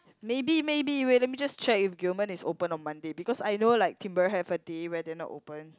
maybe maybe wait let me just check if Gilman is open on Monday because I know like Timbre have a day where they're not open